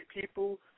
people